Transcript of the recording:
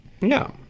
No